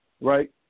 right